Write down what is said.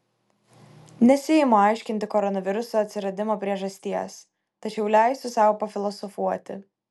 nesiimu aiškinti koronaviruso atsiradimo priežasties tačiau leisiu sau pafilosofuoti